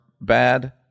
bad